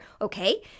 Okay